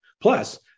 Plus